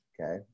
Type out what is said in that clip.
okay